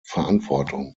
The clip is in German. verantwortung